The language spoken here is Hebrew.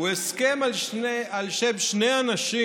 הוא הסכם על שם שני אנשים